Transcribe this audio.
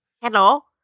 Hello